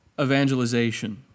evangelization